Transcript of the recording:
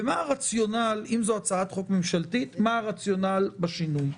ואם זו הצעת חוק ממשלתית, מה הרציונל בשינוי?